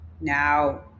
now